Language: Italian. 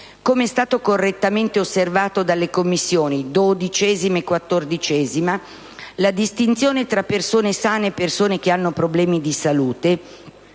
Come è stato correttamente osservato dalle Commissioni 12a e 14a, la distinzione tra persone sane e persone che hanno problemi di salute